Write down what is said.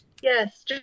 Yes